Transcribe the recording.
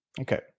Okay